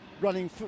running